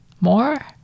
More